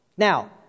Now